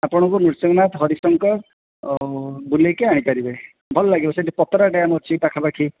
ଆପଣଙ୍କୁ ନୃସିଙ୍ଗନାଥ ହରିଶଙ୍କର ବୁଲେଇକି ଆଣି ପାରିବେ ଭଲ ଲାଗିବ ସେଠି ପତ୍ରା ଡ଼୍ୟାମ୍ ଅଛି ପାଖା ପାଖି